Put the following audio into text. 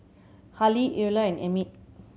Hali Eola and Emit